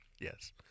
yes